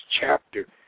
chapter